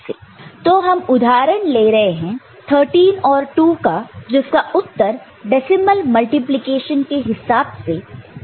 तो हम उदाहरण ले रहे हैं 13 और 2 का जिसका उत्तर डेसिमल मल्टीप्लिकेशन के हिसाब से 26 है